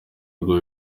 rwo